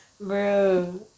bro